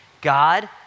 God